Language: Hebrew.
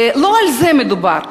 ולא על זה מדובר.